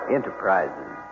Enterprises